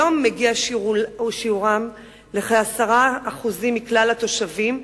היום מגיע שיעורם לכ-10% מכלל התושבים,